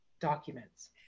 documents